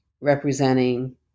representing